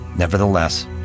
Nevertheless